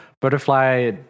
Butterfly